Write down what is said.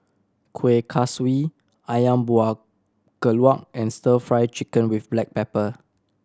Kueh Kaswi Ayam Buah Keluak and Stir Fry Chicken with black pepper